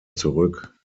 zurück